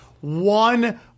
one